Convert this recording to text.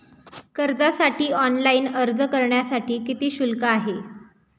कर्जासाठी ऑनलाइन अर्ज करण्यासाठी किती शुल्क आहे?